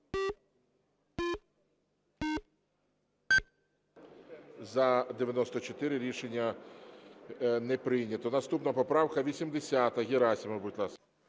За-94 Рішення не прийнято. Наступна поправка 80-а. Герасимов, будь ласка.